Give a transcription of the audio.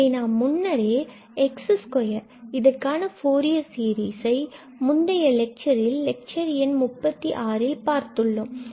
எனவே நாம் முன்னரே x2 இதற்கான ஃபூரியர் சீரிசை முந்தைய லெட்சரில் லெட்சர் எண் 36 ல் பார்த்துள்ளோம்